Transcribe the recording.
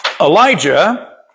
Elijah